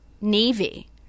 navy